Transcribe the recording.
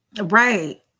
Right